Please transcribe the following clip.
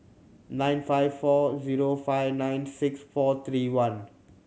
nine five four zero five nine six four three one